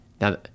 Now